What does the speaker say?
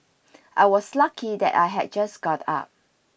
I was lucky that I had just got up